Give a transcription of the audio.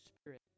Spirit